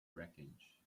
wreckage